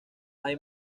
hay